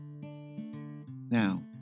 Now